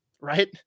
right